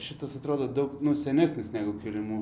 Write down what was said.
šitas atrodo daug senesnis negu kilimų